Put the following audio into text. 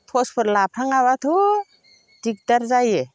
टर्सफोर लाफ्लाङाबाथ' दिगदार जायो